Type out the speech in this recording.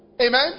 Amen